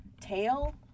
tail